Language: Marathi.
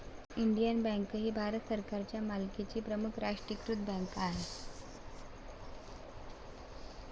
इंडियन बँक ही भारत सरकारच्या मालकीची प्रमुख राष्ट्रीयीकृत बँक आहे